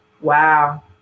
Wow